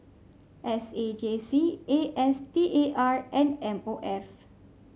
S A J C A S T A R and M O F